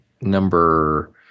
number